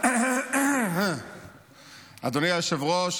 אדוני היושב-ראש,